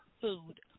food